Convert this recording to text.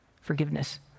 Forgiveness